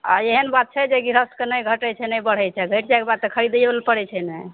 आ एहन बात छै जे गृहस्थके नहि घटै छै नहि बढ़ै छै घटि जाइके बाद तऽ खरदैयो लए पड़ै छै ने